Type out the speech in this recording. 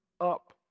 up